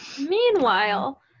Meanwhile